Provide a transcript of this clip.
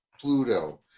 Pluto